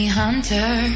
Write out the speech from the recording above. hunter